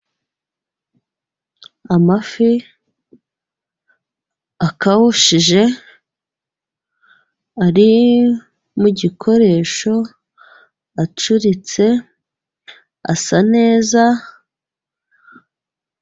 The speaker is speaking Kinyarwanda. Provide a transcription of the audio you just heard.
Amafi akawushije ari mu gikoresho, acuritse asa neza.